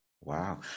wow